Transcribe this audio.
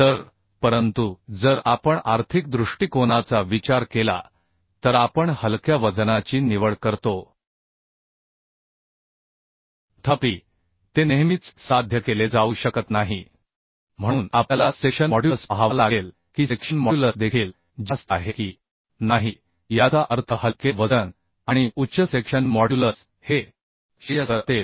तर परंतु जर आपण आर्थिक दृष्टिकोनाचा विचार केला तर आपण हलक्या वजनाची निवड करतो तथापि ते नेहमीच साध्य केले जाऊ शकत नाही म्हणून आपल्याला सेक्शन मॉड्युलस पाहावा लागेल की सेक्शन मॉड्युलस देखील जास्त आहे की नाही याचा अर्थ हलके वजन आणि उच्च सेक्शन मॉड्युलस हे श्रेयस्कर असेल